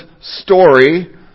story